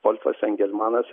volfas engelmanas